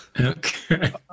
Okay